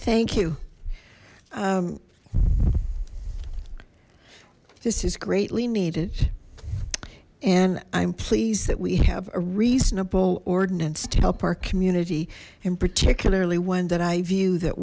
thank you this is greatly needed and i'm pleased that we have a reasonable ordinance to help our community and particularly one that i view that